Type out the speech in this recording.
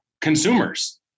consumers